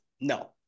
no